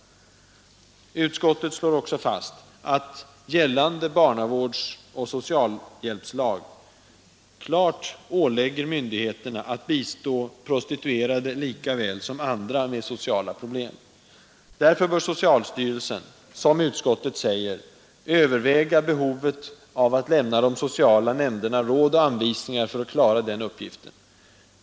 Utskottet slår också fast att gällande barnavårdsoch socialhjälpslag klart ålägger myndigheterna att bistå prostituerade, lika väl som andra med sociala problem. Därför bör socialstyrelsen, som utskottet säger, överväga behovet av att lämna de sociala nämnderna råd och anvisningar för att klara den uppgiften.